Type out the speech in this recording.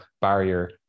barrier